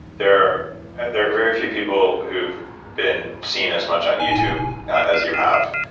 there there are very few people who've been seen as much on youtube as you have.